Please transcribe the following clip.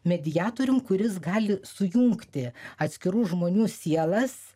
mediatorium kuris gali sujungti atskirų žmonių sielas